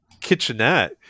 kitchenette